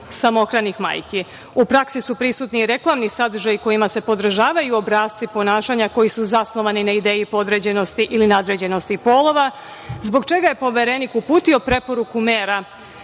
samohranih majki.U praksi su prisutni i reklamni sadržaji kojima se podržavaju obrasci ponašanja koji su zasnovani na ideji podređenosti ili nadređenosti polova zbog čega je Poverenik uputio preporuku mera